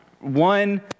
One